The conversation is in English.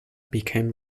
became